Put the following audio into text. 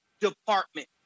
department